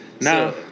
No